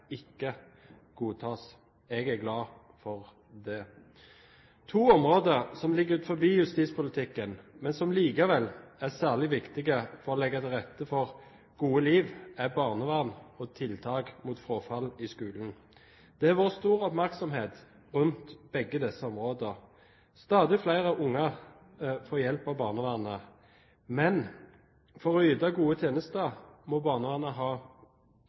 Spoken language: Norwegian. ikke godtas.» Jeg er glad for det. To områder som ligger utenfor justispolitikken, men som likevel er særlig viktige for å legge til rette for gode liv, er barnevernet og tiltak mot frafall i skolen. Det har vært stor oppmerksomhet rundt begge disse områdene. Stadig flere unge får hjelp av barnevernet, men for å yte gode tjenester må barnevernet ha